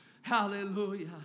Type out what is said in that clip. Hallelujah